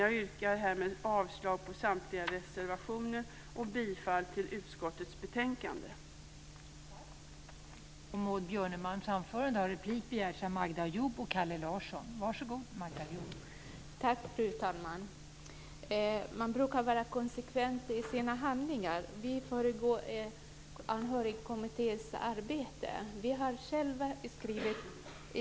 Jag yrkar härmed avslag på samtliga reservationer och bifall till utskottets förslag till beslut i betänkandet.